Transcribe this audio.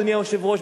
אדוני היושב-ראש,